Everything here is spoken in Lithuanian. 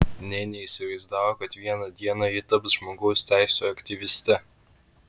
nė neįsivaizdavo kad vieną dieną ji taps žmogaus teisių aktyviste